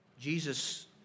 Jesus